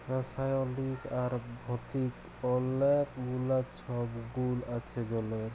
রাসায়লিক আর ভতিক অলেক গুলা ছব গুল আছে জলের